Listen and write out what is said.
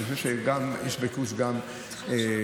אני חושב שיש ביקוש גם בציבור,